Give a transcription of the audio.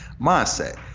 mindset